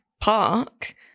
park